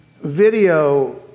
video